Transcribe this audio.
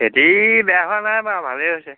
খেতি বেয়া হোৱা নাই বাৰু ভালেই হৈছে